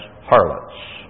harlots